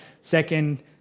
second